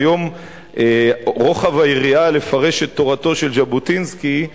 שהיום רחבה מאוד היריעה בפירוש תורתו של ז'בוטינסקי,